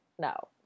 no